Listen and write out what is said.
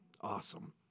Awesome